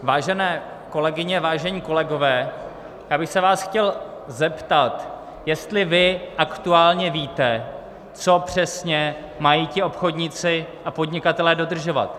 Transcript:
Vážené kolegyně, vážení kolegové, já bych se vás chtěl zeptat, jestli vy aktuálně víte, co přesně mají ti obchodníci a podnikatelé dodržovat.